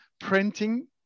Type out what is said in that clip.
printing